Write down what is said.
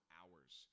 hours